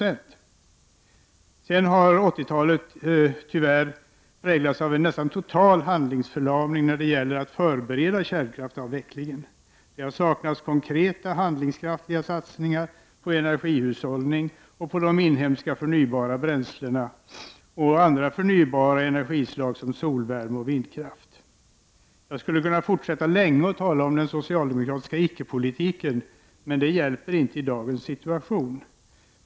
Tyvärr har 80-talet präglats av nästan total handlingsförlamning när det gäller att förbereda kärnkraftsavvecklingen. Det har saknats konkreta handlingskraftiga satsningar på energihushållning och på de inhemska förnybara bränslena samt andra förnybara energislag som solvärme och vindkraft. Jag skulle kunna fortsätta länge att tala om den socialdemokratiska ickepolitiken, men det hjälper inte dagens situation.